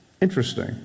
Interesting